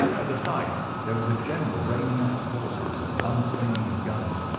at the sight there was a general reining up of horses and unslinging of guns,